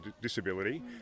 disability